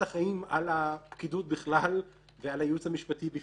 החיים על הפקידות בכלל ועל הייעוץ המשפטי בפרט,